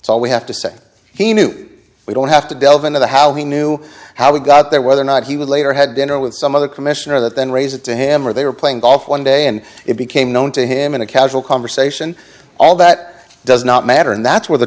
so we have to say he knew we don't have to delve into the how he knew how we got there whether or not he would later had dinner with some other commission or that then raise it to him or they were playing golf one day and it became known to him in a casual conversation all that does not matter and that's whe